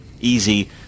easy